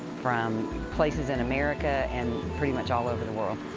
from places in america, and pretty much all over the world.